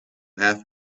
have